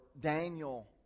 Daniel